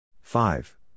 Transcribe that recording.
five